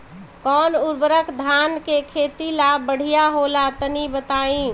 कौन उर्वरक धान के खेती ला बढ़िया होला तनी बताई?